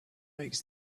makes